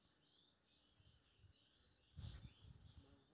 एक बिघा में कतेक किलोग्राम जिंक सल्फेट देना चाही?